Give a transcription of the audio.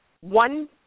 one